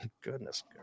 Goodness